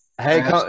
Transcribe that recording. Hey